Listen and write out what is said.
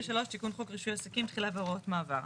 73. תיקון חוק רישוי עסקים, תחילה והוראות מעבר.